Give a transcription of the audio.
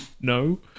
no